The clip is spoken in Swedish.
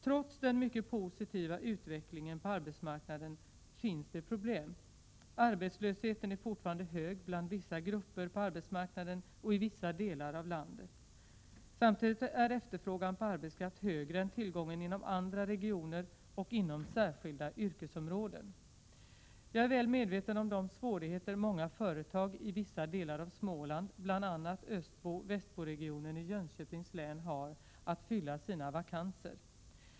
Trots den mycket positiva utvecklingen på arbetsmarknaden finns det problem. Arbetslösheten är fortfarande hög bland vissa grupper på arbetsmarknaden och i vissa delar av landet. Samtidigt är efterfrågan på arbetskraft större än tillgången inom andra regioner och inom särskilda yrkesområden. Jag är väl medveten om de svårigheter många företag i vissa delar av Småland, bl.a. Östbo—Västboregionen i Jönköpings län, har att fylla sina vakanser.